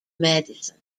medicine